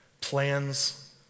plans